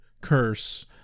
curse